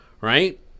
right